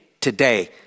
today